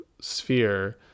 sphere